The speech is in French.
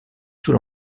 sous